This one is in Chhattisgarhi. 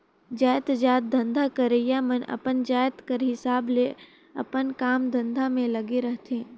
जाएतजात धंधा करइया मन अपन जाएत कर हिसाब ले अपन काम धंधा में लगे रहथें